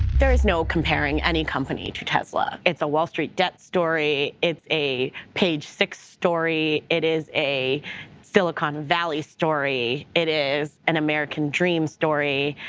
there is no comparing any company to tesla. it's a wall street debt story. it's a page six story. it is a silicon valley story. it is an american dream story.